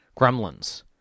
gremlins